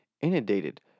inundated